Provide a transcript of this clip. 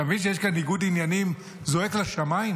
אתה מבין שיש כאן ניגוד עניינים זועק לשמיים?